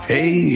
Hey